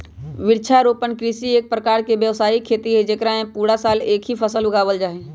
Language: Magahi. वृक्षारोपण कृषि एक प्रकार के व्यावसायिक खेती हई जेकरा में पूरा साल ला एक ही फसल उगावल जाहई